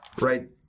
Right